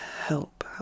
help